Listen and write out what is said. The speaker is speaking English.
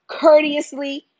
courteously